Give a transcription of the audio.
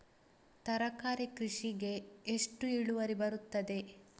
ತರಕಾರಿ ಕೃಷಿಗೆ ಎಷ್ಟು ಇಳುವರಿ ಬರುತ್ತದೆ?